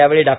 यावेळी डॉ